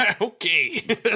okay